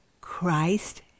Christ